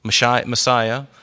Messiah